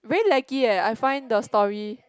very laggy eh I find the story